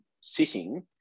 sitting